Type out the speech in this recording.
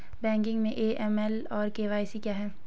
Banking में AML और KYC क्या हैं?